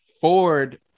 Ford